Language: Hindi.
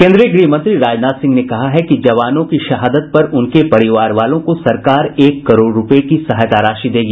केन्द्रीय गृह मंत्री राजनाथ सिंह ने कहा है कि जवानों की शहादत पर उनके परिवार वालों को सरकार एक करोड़ रूपये की सहायता राशि देगी